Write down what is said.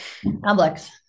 Complex